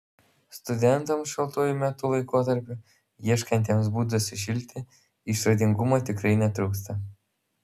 studentams šaltuoju metų laikotarpiu ieškantiems būdų sušilti išradingumo tikrai netrūksta